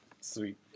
Sweet